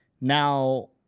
Now